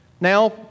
Now